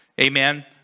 Amen